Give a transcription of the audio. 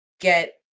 get